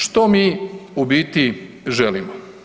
Što mi u biti želimo?